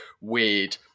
weird